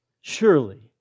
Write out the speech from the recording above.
Surely